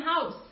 house